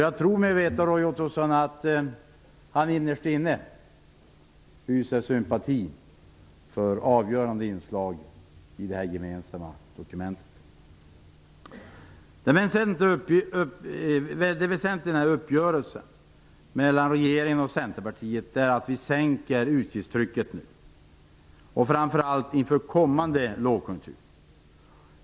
Jag tror mig veta att Roy Ottosson innerst inne hyser sympati för avgörande inslag i det här gemensamma dokumentet. Det väsentliga i uppgörelsen mellan regeringen och Centerpartiet är att vi sänker utgiftstrycket, framför allt inför kommande lågkonjunkturer.